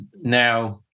now